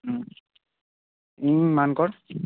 ᱤᱧ ᱢᱟᱱᱠᱚᱨ